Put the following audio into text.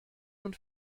und